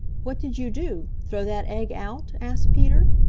what did you do, throw that egg out? asked peter.